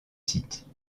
site